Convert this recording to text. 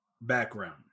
background